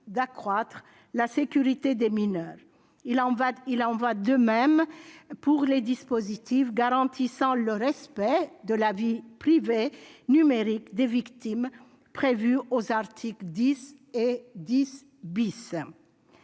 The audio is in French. d'accroître la sécurité des mineurs. Il en va de même pour les dispositifs garantissant le respect de la vie privée numérique des victimes prévus aux articles 10 et 10 .